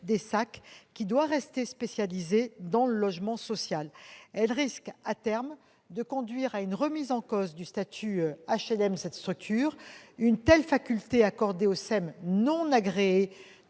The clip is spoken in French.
des SAC, qui doivent rester spécialisées dans le logement social, et risquent, à terme, de conduire à une remise en cause du statut HLM de cette structure. Une telle faculté accordée aux SEM non agréées